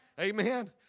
Amen